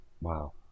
Wow